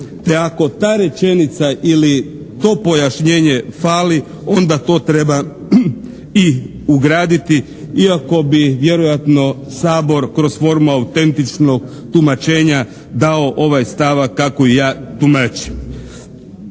te ako ta rečenica ili to pojašnjenje fali onda to treba i ugraditi iako bi vjerojatno Sabor kroz formu autentičnog tumačenja dao ovaj stavak kako ja tumačim.